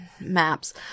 maps